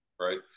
right